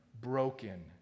broken